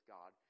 God